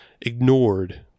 ignored